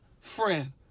friend